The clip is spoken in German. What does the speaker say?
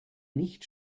nicht